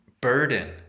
burden